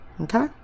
Okay